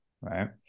Right